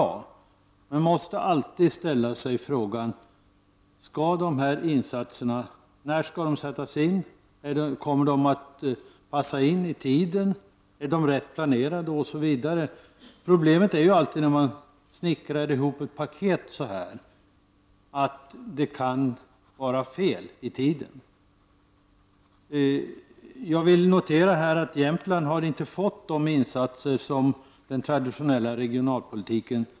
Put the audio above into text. Men man måste alltid ställa följande frågor: När skall dessa insatser sättas in? Kommer de att passa in i tiden? Är de rätt planerade? När man snickrar ihop ett paket är problemet alltid att insatserna kan hamna fel i tiden. Jag vill notera att Jämtland inte har fått de insatser som Jämtland borde ha fått genom den traditionella regionalpolitiken.